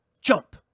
jump